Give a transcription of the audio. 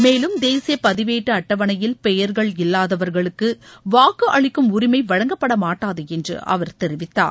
மேலும் தேசிய பதிவேட்டு அட்டவணையில் பெயர்கள் இல்லாதவர்களுக்கு வாக்கு அளிக்கும் உரிமை வழங்கப்படமாட்டாது என்று அவர் தெரிவித்தார்